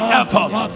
effort